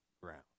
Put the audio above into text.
ground